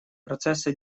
процессы